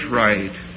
right